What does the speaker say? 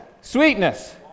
Sweetness